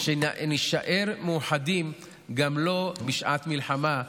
שנישאר מאוחדים גם לא רק בשעת מלחמה,